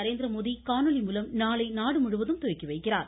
நரேந்திரமோடி காணொலி மூலம் நாளை நாடு முழுவதும் துவக்கி வைக்கிறார்